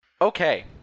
Okay